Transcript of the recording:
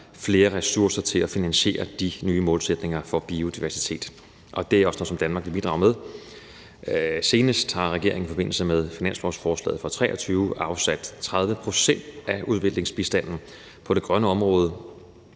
flere ressourcer til at finansiere de nye målsætninger for biodiversitet. Det er også noget, som Danmark kan bidrage med. Senest har regeringen i forbindelse med finanslovsforslaget for 2023 afsat 30 pct. af udviklingsbistanden på det grønne område.